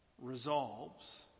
resolves